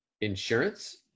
insurance